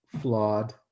flawed